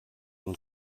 nun